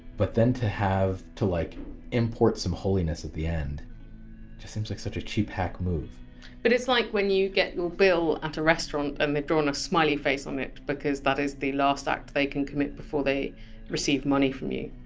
but then to have to like import some holiness at the end just seems like such a cheap hack move but it's like when you get the ah bill at a restaurant and they've drawn a smiley face on it because that is the last act they can commit before they receive money from you.